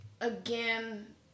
again